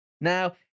Now